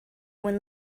when